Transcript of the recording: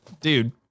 Dude